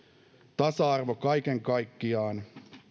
tasa arvosta kaiken kaikkiaan